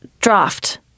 draft